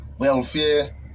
Welfare